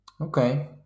Okay